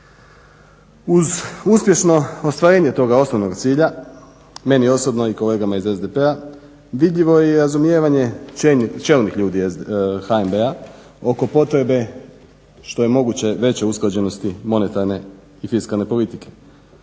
Uz uspješno ostvarenje toga osnovnog cilja meni osobno i kolegama iz SDP-a vidljivo je i razumijevanje čelnih ljudi HNB-a oko potrebe što je moguće veće usklađenosti monetarne i fiskalne politike.